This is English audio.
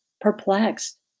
perplexed